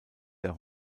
der